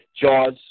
jaws